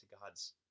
God's